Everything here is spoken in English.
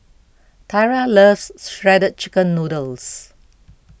Tyra loves Shredded Chicken Noodles